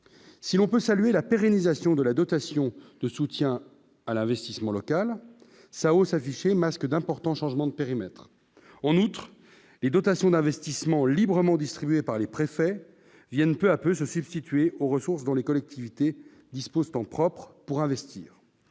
si l'on peut saluer la pérennisation de la dotation de soutien à l'investissement local South affichée masque d'importants changements de périmètre on outre et dotation d'investissement librement distribuées par les préfets viennent peu à peu se substituer aux ressources dans les collectivités disposent en propre pour investir